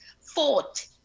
fought